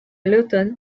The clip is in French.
l’automne